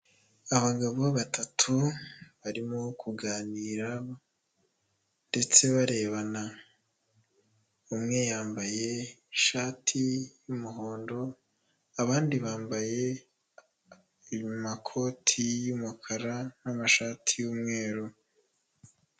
Abagabo batatu barimo kuganira ndetse barebana, umwe yambaye ishati y'umuhondo, abandi bambaye amakoti y'umukara n'amashati y'umweru.